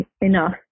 enough